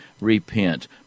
Repent